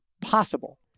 possible